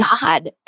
God